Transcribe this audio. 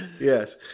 Yes